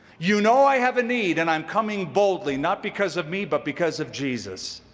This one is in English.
you know i have a need and i'm coming boldly, not because of me, but because of jesus.